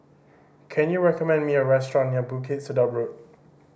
can you recommend me a restaurant near Bukit Sedap Road